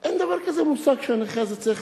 אין מושג כזה שצריך